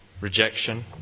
rejection